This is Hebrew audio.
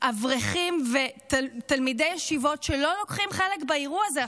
אברכים ותלמידי ישיבות שלא לוקחים חלק באירוע הזה.